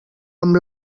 amb